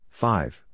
five